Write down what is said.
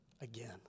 again